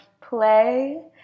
play